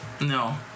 No